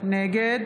נגד